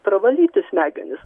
pravalyti smegenis